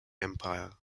empire